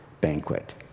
banquet